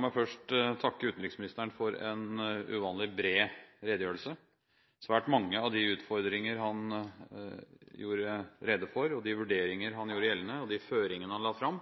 meg først takke utenriksministeren for en uvanlig bred redegjørelse. Svært mange av de utfordringer han gjorde rede for, de vurderinger han gjorde gjeldende, og de føringene han la fram,